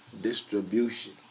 distribution